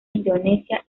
indonesia